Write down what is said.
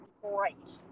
great